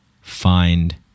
Find